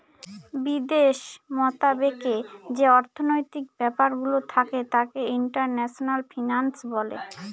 বিদেশ মতাবেকে যে অর্থনৈতিক ব্যাপারগুলো থাকে তাকে ইন্টারন্যাশনাল ফিন্যান্স বলে